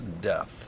death